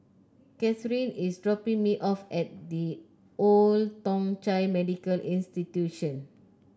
Kathyrn is dropping me off at The Old Thong Chai Medical Institution